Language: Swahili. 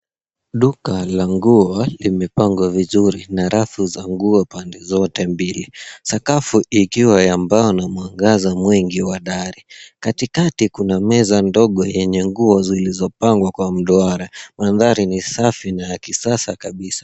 Duka la nguo limepangwa vizuri na rafu za nguo pande zote mbili, sakafu ikiwa ya mbao na mwangaza mwingi wa dari. Katikati kuna meza ndogo yenye nguo zilizopangwa mduara. Mandhari ni safi na ya kisasa kabisa.